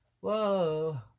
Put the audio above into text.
whoa